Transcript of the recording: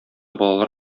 балалар